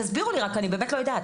תסבירו לי, אני באמת לא יודעת.